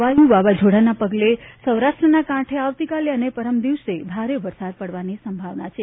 વાયુ વાવાઝોડાના પગલે સૌરાષ્ટ્રના કાંઠે આવતીકાલે અને પરમદિવસે ભારે વરસાદ પડવાની સંભાવના છે